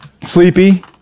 Sleepy